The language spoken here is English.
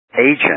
agent